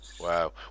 Wow